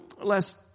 last